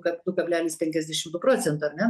kad du kablelis penkiasdešimt du procento ar ne